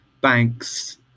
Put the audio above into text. banks